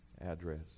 address